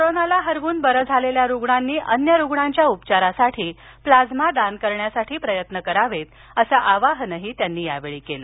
कोरोनाला हरवून बरे झालेल्या रुग्णांनी अन्य रुग्णांच्या उपचारासाठी प्लाझ्मा दान करण्यासाठी प्रयत्न करावेत असं आवाहन त्यांनी यावेळी केलं